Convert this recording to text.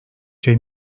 şey